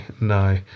no